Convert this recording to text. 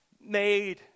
made